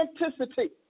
authenticity